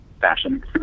fashion